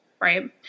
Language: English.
Right